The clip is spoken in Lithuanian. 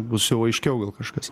bus jau aiškiau gal kažkas